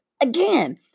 again